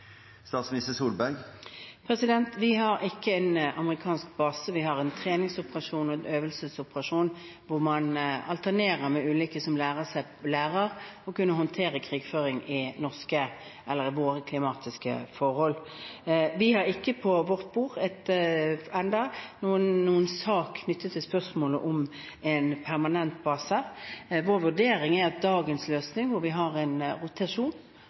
Vi har ikke en amerikansk base, vi har en treningsoperasjon og en øvelsesoperasjon, hvor man alternerer med ulike som lærer å kunne håndtere krigføring under våre klimatiske forhold. Vi har ikke på vårt bord ennå noen sak knyttet til spørsmålet om en permanent base. Vår vurdering er at dagens løsning, hvor vi har en rotasjon,